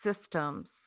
systems